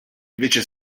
invece